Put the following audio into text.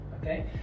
Okay